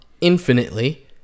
infinitely